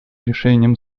решениям